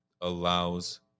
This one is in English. allows